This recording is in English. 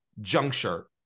juncture